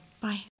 Bye